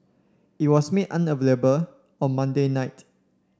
it was made unavailable on Monday night